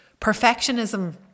Perfectionism